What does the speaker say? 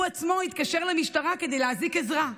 הוא עצמו התקשר למשטרה כדי להזעיק עזרה.